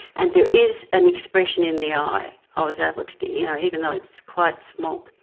and there is an expression in the eye, i was able to get you know even though it's quite small.